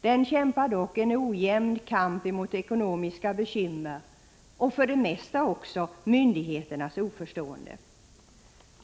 Den kämpar dock en ojämn kamp mot ekonomiska bekymmer och för det mesta också myndigheters oförstående.